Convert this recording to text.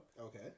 Okay